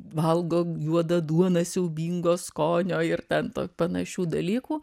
valgo juodą duoną siaubingo skonio ir ten to panašių dalykų